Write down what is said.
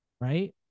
right